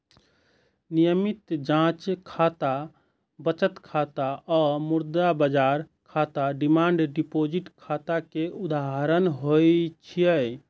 नियमित जांच खाता, बचत खाता आ मुद्रा बाजार खाता डिमांड डिपोजिट खाता के उदाहरण छियै